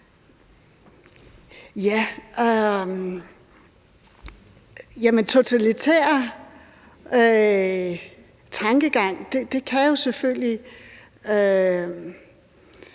Totalitær tankegang kan selvfølgelig